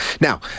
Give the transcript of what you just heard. Now